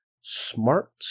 Smart